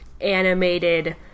animated